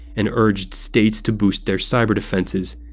and urged states to boost their cyber defenses.